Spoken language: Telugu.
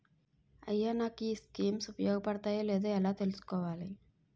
అయ్యా నాకు ఈ స్కీమ్స్ ఉపయోగ పడతయో లేదో ఎలా తులుసుకోవాలి?